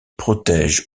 protègent